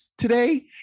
today